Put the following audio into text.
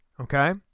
okay